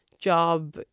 job